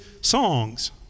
songs